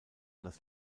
das